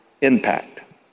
impact